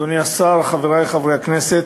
אדוני השר, חברי חברי הכנסת,